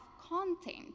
content